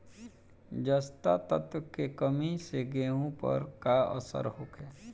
जस्ता तत्व के कमी से गेंहू पर का असर होखे?